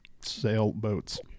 Sailboats